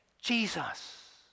Jesus